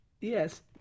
Yes